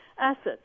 assets